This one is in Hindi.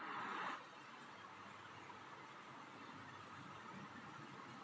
आज भी कई लोग वाइन के लिए अंगूरों को हाथ से ही छाँटते हैं